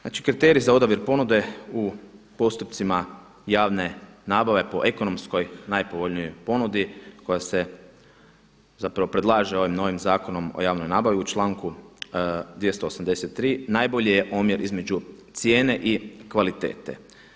Znači, kriteriji za odabir ponude u postupcima javne nabave po ekonomskoj najpovoljnijoj ponudi koja se zapravo predlaže ovim novim Zakonom o javnoj nabavi u članku 283. najbolji je omjer između cijene i kvalitete.